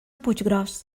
puiggròs